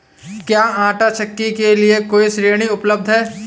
क्या आंटा चक्की के लिए कोई ऋण उपलब्ध है?